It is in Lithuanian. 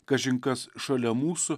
kažin kas šalia mūsų